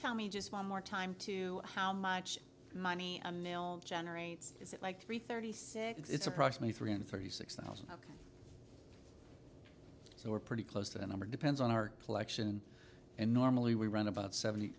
tell me just one more time to how much money a mail generates is it like three thirty six it's approximately three hundred thirty six thousand so we're pretty close to the number depends on our collection and normally we run about seventy